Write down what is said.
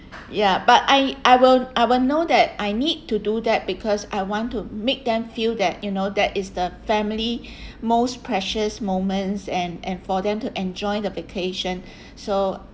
ya but I I will I will know that I need to do that because I want to make them feel that you know that is the family most precious moments and and for them to enjoy the vacation so